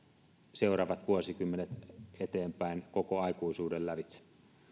seuraavat vuosikymmenet eteenpäin koko aikuisuuden lävitse